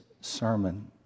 sermon